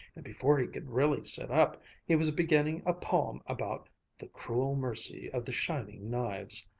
and before he could really sit up he was beginning a poem about the cruel mercy of the shining knives.